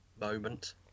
moment